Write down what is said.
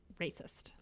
racist